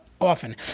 often